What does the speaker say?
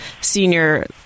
senior